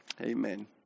Amen